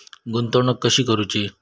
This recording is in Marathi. गुंतवणूक कशी करूची?